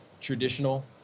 traditional